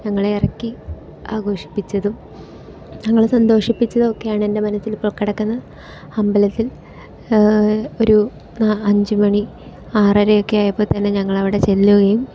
ഞങ്ങളെ ഇറക്കി ആഘോഷിപ്പിച്ചതും ഞങ്ങളെ സന്തോഷിപ്പിച്ചതും ഒക്കെയാണ് എൻ്റെ മനസ്സിൽ ഇപ്പോൾ കിടക്കുന്നത് അമ്പലത്തിൽ ഒരു നാ അഞ്ച് മണി ആറര ഒക്കെ ആയപ്പോൾ തന്നെ ഞങ്ങൾ അവിടെ ചെല്ലുകയും